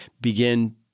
begin